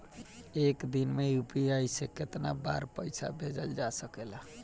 एक दिन में यू.पी.आई से केतना बार पइसा भेजल जा सकेला?